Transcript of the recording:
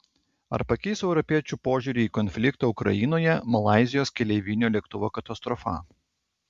ar pakeis europiečių požiūrį į konfliktą ukrainoje malaizijos keleivinio lėktuvo katastrofa